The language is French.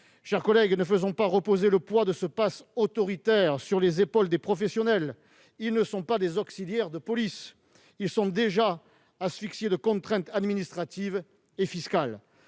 Chers collègues, ne faisons pas reposer le poids de ce passe autoritaire sur les épaules des professionnels. Ils ne sont pas des auxiliaires de police. Ils sont déjà asphyxiés de contraintes administratives et fiscales.